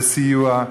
לסיוע.